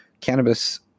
cannabis